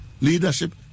leadership